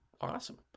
Awesome